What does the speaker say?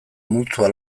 multzoa